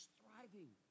thriving